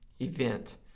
event